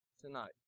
tonight